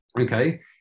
Okay